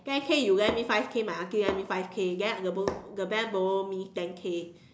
ten K you lend me five K my aunty lend me five K then the bank the bank borrow me ten K